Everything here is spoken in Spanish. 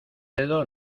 dedo